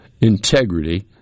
integrity